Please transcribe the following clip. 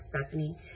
stephanie